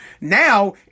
Now